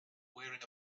wearing